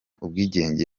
ubwigenge